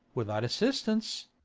without assistance.